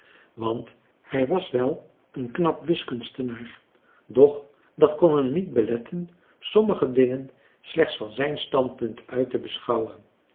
want hij was wel een knap wiskunstenaar doch dat kon hem niet beletten sommige dingen slechts van zijn standpunt uit te beschouwen